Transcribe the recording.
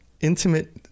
intimate